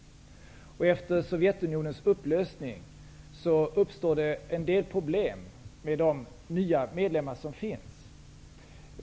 Efter Sovjetunionens upplösning har det uppstått en del problem med de nya medlemmar som finns.